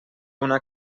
una